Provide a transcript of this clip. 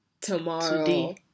tomorrow